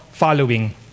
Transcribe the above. following